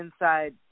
inside